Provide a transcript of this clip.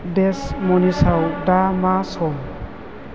देश मनिसाव दा मा सम